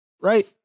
right